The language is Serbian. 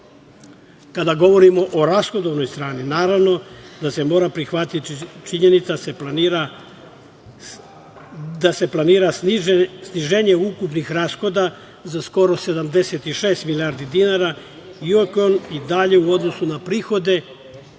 govorimo o rashodovnoj strani, naravno da se mora prihvatiti činjenica da se planira sniženje ukupnih rashoda za skoro 76 milijardi dinara, iako je on i dalje, u odnosu na prihode,